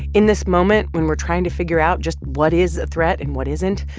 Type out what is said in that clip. in this moment, when we're trying to figure out just what is the threat and what isn't,